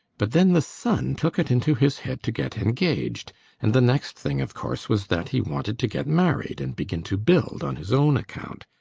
but then the son took it into his head to get engaged and the next thing, of course, was that he wanted to get married and begin to build on his own account.